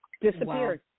disappeared